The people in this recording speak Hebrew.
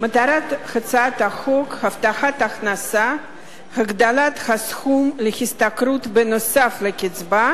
מטרת הצעת חוק הבטחת הכנסה (הגדלת הסכום להשתכרות בנוסף לקצבה),